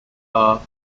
half